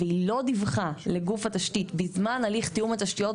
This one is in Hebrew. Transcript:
והיא לא דיווחה לגוף התשתיות בזמן הליך תיאום התשתיות,